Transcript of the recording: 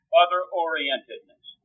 other-orientedness